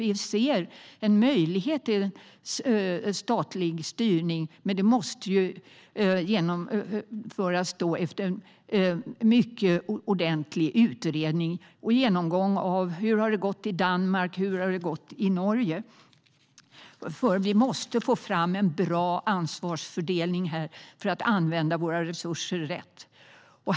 Vi ser en möjlighet till statlig styrning, men det måste genomföras efter mycket ordentlig utredning och genomgång av hur det har gått i Danmark och Norge. Vi måste få fram en bra ansvarsfördelning för att använda våra resurser rätt.